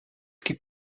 gibt